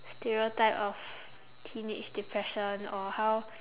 stereotype of teenage depression or how